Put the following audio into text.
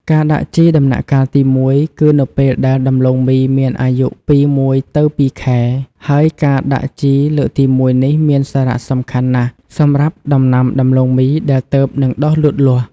ការដាក់ជីដំណាក់កាលទី១ គឺនៅពេលដែលដំឡូងមីមានអាយុពី ១ ទៅ ២ ខែ ហើយការដាក់ជីលើកទីមួយនេះមានសារៈសំខាន់ណាស់សម្រាប់ដំណាំដំឡូងមីដែលទើបនឹងដុះលូតលាស់។